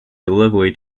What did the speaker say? delivery